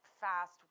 fast